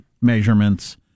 measurements